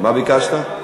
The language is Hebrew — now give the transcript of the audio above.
מה ביקשת?